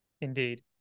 Indeed